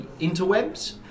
interwebs